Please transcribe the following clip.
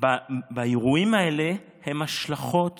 באירועים האלה הן השלכות